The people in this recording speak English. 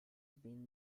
been